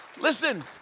Listen